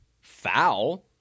Foul